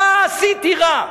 מה עשיתי רע?